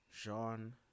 Jean